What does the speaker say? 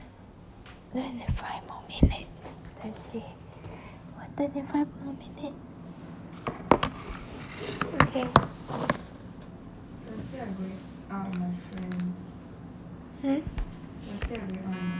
twenty five more minutes let's see !wah! twenty five more minutes okay hmm